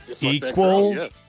Equal